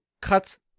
cuts